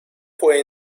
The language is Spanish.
fue